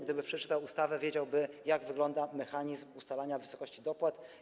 Gdyby przeczytał ustawę, wiedziałby, jak wygląda mechanizm ustalania wysokości dopłat.